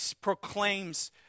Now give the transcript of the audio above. proclaims